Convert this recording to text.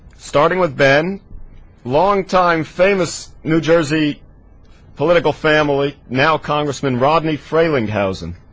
starting with them long-time famous new jersey political family now congressman rodney froehlich housing